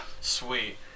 Sweet